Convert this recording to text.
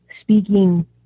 speaking